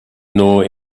nor